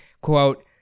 quote